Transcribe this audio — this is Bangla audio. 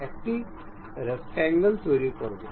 একটি রেকট্যাঙ্গল তৈরি করবো